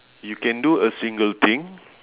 you can do a single thing